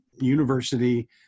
university